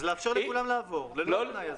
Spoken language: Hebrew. אז לאפשר לכולם לעבור, ללא התנאי הזה.